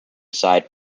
side